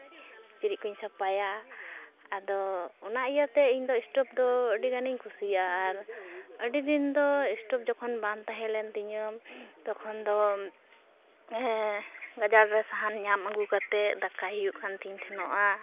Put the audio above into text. ᱠᱤᱪᱨᱤᱡ ᱠᱚᱧ ᱥᱟᱯᱟᱭᱟ ᱟᱫᱚ ᱚᱱᱟ ᱤᱭᱟᱹᱛᱮ ᱤᱧ ᱫᱚ ᱮᱥᱴᱳᱵᱷ ᱫᱚ ᱤᱧ ᱫᱚ ᱟᱹᱰᱤ ᱜᱟᱱᱤᱧ ᱠᱩᱥᱤᱭᱟᱜᱼᱟ ᱟᱨ ᱟᱹᱰᱤ ᱫᱤᱱ ᱫᱚ ᱮᱥᱴᱳᱵᱷ ᱡᱚᱠᱷᱚᱱ ᱵᱟᱝ ᱛᱟᱦᱮᱸᱞᱮᱱ ᱛᱤᱧᱟᱹ ᱛᱚᱠᱷᱚᱱ ᱫᱚ ᱜᱟᱡᱟᱲ ᱨᱮ ᱥᱟᱦᱟᱱ ᱧᱟᱢ ᱟᱹᱜᱩ ᱠᱟᱛᱮᱫ ᱫᱟᱠᱟᱭ ᱦᱩᱭᱩᱜ ᱠᱟᱱ ᱛᱤᱧ ᱛᱟᱦᱮᱱᱚᱜᱼᱟ